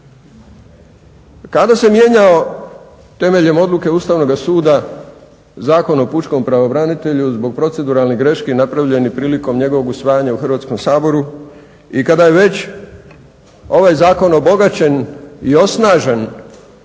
Kada se mijenjao temeljem odluke Ustavnoga suda Zakon o pučkom pravobranitelju zbog proceduralnih greški napravljenih prilikom njegovog usvajanja u Hrvatskom saboru i kada je već ovaj zakon obogaćen i osnažen